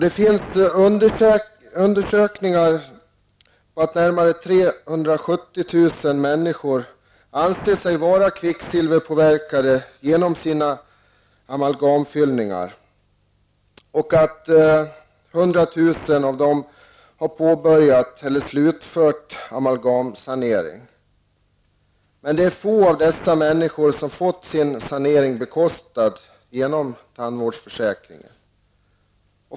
Det finns undersökningar som visar att närmare 370 000 människor anser sig vara kvicksilverpåverkade genom sina amalgamfyllningar och att 100 000 av dem har påbörjat eller slutfört amalgamsanering. Men det är få av dessa människor som fått sin sanering bekostad genom tandvårdsförsäkringen.